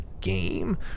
game